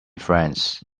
friends